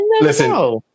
Listen